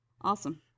Awesome